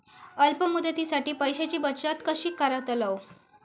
अल्प मुदतीसाठी पैशांची बचत कशी करतलव?